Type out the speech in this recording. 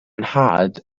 nhad